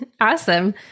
awesome